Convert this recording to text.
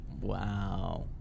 Wow